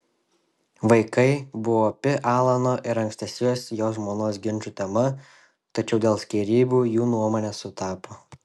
vaikai buvo opi alano ir ankstesnės jo žmonos ginčų tema tačiau dėl skyrybų jų nuomonės sutapo